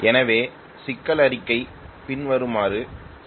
எனவே சிக்கல் அறிக்கை பின்வருமாறு செல்கிறது